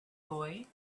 boy